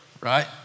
right